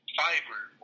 fiber